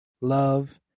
love